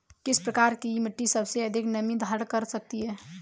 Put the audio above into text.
किस प्रकार की मिट्टी सबसे अधिक नमी धारण कर सकती है?